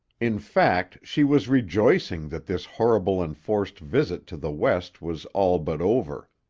in fact, she was rejoicing that this horrible enforced visit to the west was all but over.